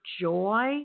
joy